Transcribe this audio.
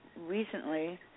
recently